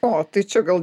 o tai čia gal